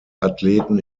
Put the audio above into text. athleten